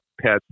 pets